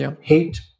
hate